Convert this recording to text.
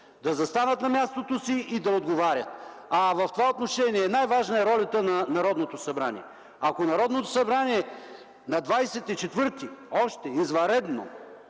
да застанат на мястото си и да отговарят. В това отношение най-важна е ролята на Народното събрание. Ако Народното събрание още на 24-и извънредно